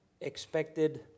expected